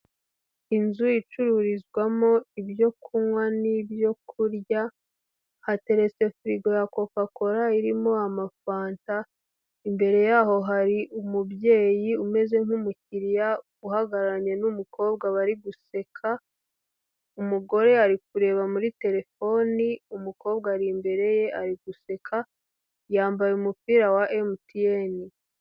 Inzu icururizwamo ibyo kunywa n'ibyo kurya, hatereste firigo ya koka kora irimo amafanta, imbere y'aho hari umubyeyi umeze nk'umukiriya uhagararanye n'umukobwa bari guseka, umugore ari kureba muri terefoni, umukobwa ari imbere ye ari guseka, yambaye umupira wa MTN.